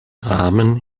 rahmen